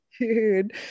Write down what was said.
Dude